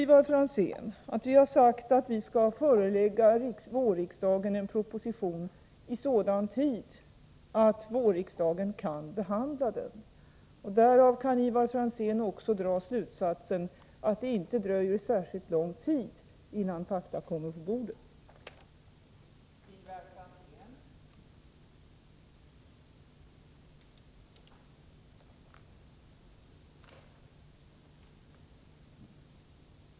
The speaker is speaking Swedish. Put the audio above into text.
Ivar Franzén vet att vi har sagt att vi skall förelägga riksdagen en proposition i sådan tid att den kan behandlas under vårsessionen. Därav kan Ivar Franzén dra slutsatsen att det inte dröjer särskilt länge innan fakta kommer på bordet.